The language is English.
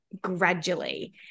gradually